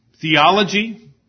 theology